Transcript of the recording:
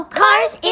cars